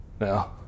No